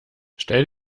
stell